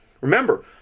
Remember